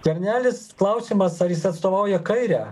skvernelis klausimas ar jis atstovauja kairę